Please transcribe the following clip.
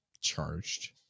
charged